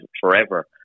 forever